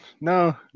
no